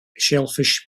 shellfish